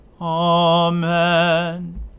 Amen